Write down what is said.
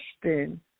question